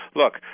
look